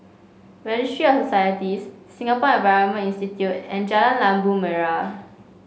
registry a Societies Singapore Environment Institute and Jalan Labu Merah